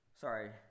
Sorry